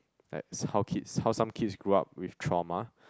like how kids how some kids grew up with trauma